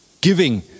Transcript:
giving